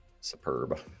superb